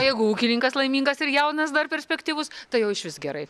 jeigu ūkininkas laimingas ir jaunas dar perspektyvus tai jau išvis gerai